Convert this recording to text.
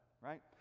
right